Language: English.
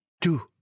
Two